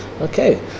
Okay